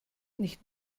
nicht